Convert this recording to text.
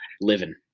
living